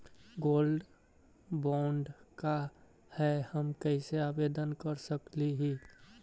Gold bond का है, हम कैसे आवेदन कर सकली ही?